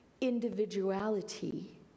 individuality